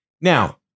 Now